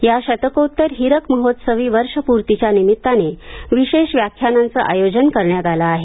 या शतकोत्तर हीरक महोत्सवी वर्षप्रर्तीच्या निमित्ताने विशेष व्याख्यानांचं आयोजन करण्यात आलं आहे